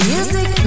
Music